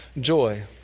joy